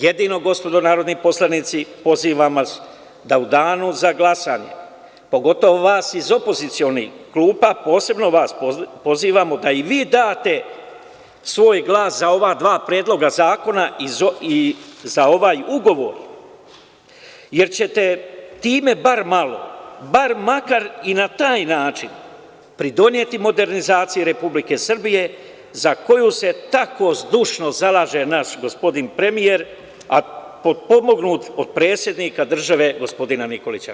Jedino vas pozivam da u danu za glasanje, pogotovo vas iz opozicionih klupa, da i vi date svoj glas za ova dva predloga zakona za ovaj ugovor, jer ćete time bar na taj način pridoneti modernizaciji Republike Srbije, za koju se tako zdušno zalaže naš gospodin premijer, a potpomognut od predsednika države, gospodina Nikolića.